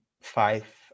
five